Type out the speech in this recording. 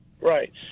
Right